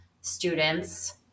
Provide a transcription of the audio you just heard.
students